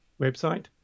website